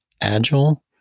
Agile